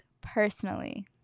personally